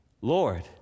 Lord